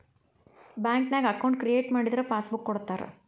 ಬ್ಯಾಂಕ್ನ್ಯಾಗ account create ಮಾಡಿದರ passbook ಕೊಡ್ತಾರಾ